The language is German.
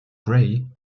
gray